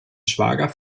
schwager